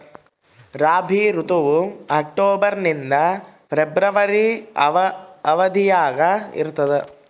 ರಾಬಿ ಋತುವು ಅಕ್ಟೋಬರ್ ನಿಂದ ಫೆಬ್ರವರಿ ಅವಧಿಯಾಗ ಇರ್ತದ